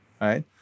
right